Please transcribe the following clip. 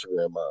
Instagram